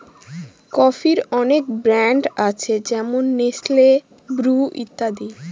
কফির অনেক ব্র্যান্ড আছে যেমন নেসলে, ব্রু ইত্যাদি